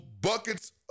buckets